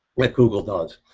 what google does,